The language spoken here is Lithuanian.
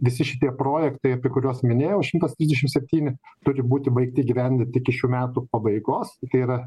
visi šitie projektai apie kuriuos minėjau šimtas trisdešim septyni turi būti baigti įgyvendinti iki šių metų pabaigos tai yra